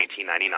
1999